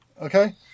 Okay